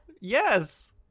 Yes